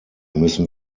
müssen